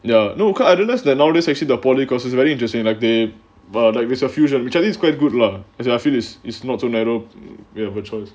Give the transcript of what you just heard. there are no car adolescent nowadays actually the polytechnic course is very interesting like they biodiverse fusion which I think is quite good lah as in I feel this is not so narrow we have a choice